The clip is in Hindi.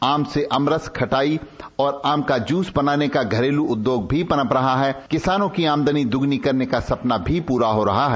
आम से अमरस खटाई और आम का जूस बनाने का घरेलू उधोग भी पनप रहा है और किसानों की आमदनी दुगनी करने का सपना भी पूरा हो रहा है